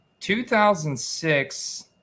2006